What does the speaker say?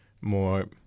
more